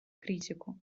критику